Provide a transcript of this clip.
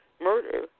murder